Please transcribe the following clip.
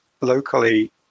locally